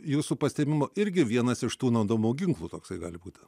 jūsų pastėmimo irgi vienas iš tų naudomų ginklų toksai gali būti